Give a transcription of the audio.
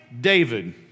David